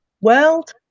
world